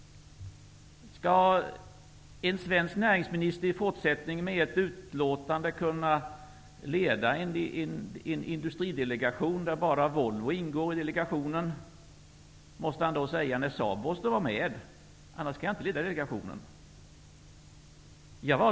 Skall en svensk näringsminister i fortsättningen efter ert utlåtande kunna leda en industridelegation där bara Volvo ingår? Eller måste han då säga att Saab måste vara med för att han skall kunna leda delegationen?